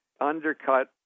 undercut